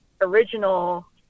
original